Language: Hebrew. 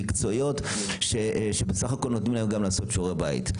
מקצועיות שבסך הכול גם נותנות להם לעשות שיעורי בית.